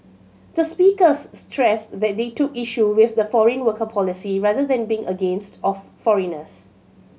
the speakers stressed that they took issue with the foreign worker policy rather than being against of foreigners